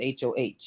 HOH